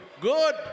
good